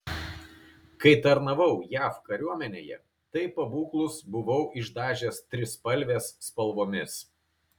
kai tarnavau jav kariuomenėje tai pabūklus buvau išdažęs trispalvės spalvomis